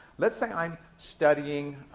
let's say i'm studying,